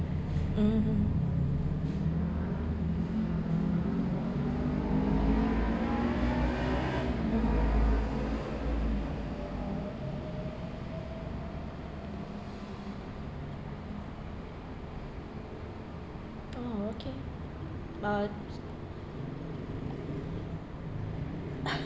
mm mm hmm oh okay ah